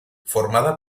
formada